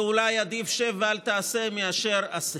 ואולי עדיף שב ואל תעשה מאשר עשה.